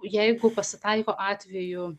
jeigu pasitaiko atvejų